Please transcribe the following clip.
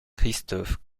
christophe